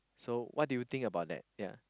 so what do you think about that yea